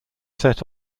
set